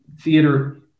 theater